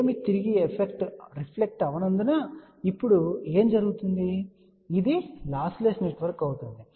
ఏమీ తిరిగి రిఫ్లెక్ట్ అవ్వ నందున ఇప్పుడు ఏమి జరుగుతుంది మరియు ఇది లాస్లెస్ నెట్వర్క్ అవుతుంది